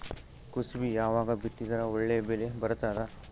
ಕುಸಬಿ ಯಾವಾಗ ಬಿತ್ತಿದರ ಒಳ್ಳೆ ಬೆಲೆ ಬರತದ?